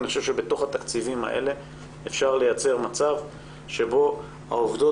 אני חושב שבתוך התקציבים האלה אפשר לייצר מצב שבו העובדות